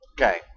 Okay